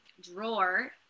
Drawer